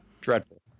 dreadful